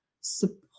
support